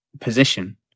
position